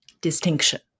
distinction